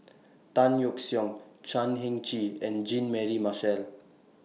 Tan Yeok Seong Chan Heng Chee and Jean Mary Marshall